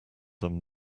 them